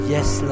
Yes